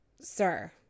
sir